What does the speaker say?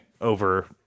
over